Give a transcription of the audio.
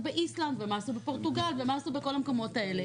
באיסלנד ומה עשו בפורטוגל ומה עשו בכל המקומות האלה.